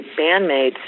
bandmates